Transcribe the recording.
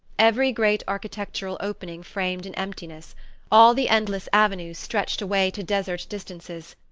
every great architectural opening framed an emptiness all the endless avenues stretched away to desert distances.